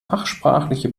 fachsprachliche